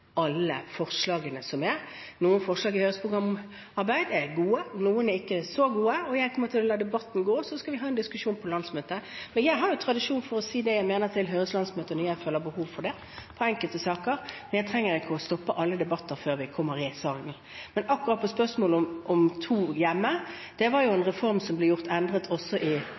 gode. Jeg kommer til å la debatten gå, og så skal vi ha en diskusjon på landsmøtet. Jeg har tradisjon for å si det jeg mener, til Høyres landsmøte når jeg føler behov for det i enkelte saker. Men jeg trenger ikke å stoppe alle debatter før vi kommer i salen. Men akkurat på spørsmålet om to hjemme: Det var en reform som ble endret også